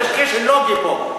יש לכם כשל לוגי פה.